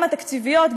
גם התקציביות,